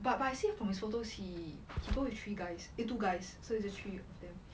but but I see from his photos he he go with three guys eh two guys so it's just three of them